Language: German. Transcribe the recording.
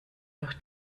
durch